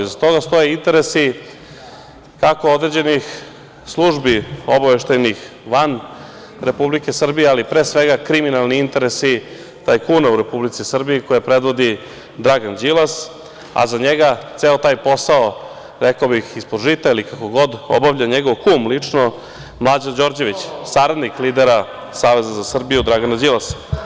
Iza toga stoje interesi, kako određenih službi obaveštajnih van Republike Srbije, ali pre svega kriminalni interesi tajkuna u Republici Srbiji, koje predvodi Dragan Đilas, a za njega ceo taj posao, rekao bih, ispod žita ili kako god, obavlja njegov kum lično, Mlađa Đorđević, saradnik lidera Saveza za Srbiju, Dragana Đilasa.